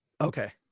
Okay